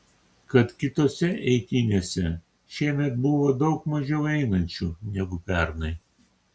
kad kitose eitynėse šiemet buvo daug mažiau einančių negu pernai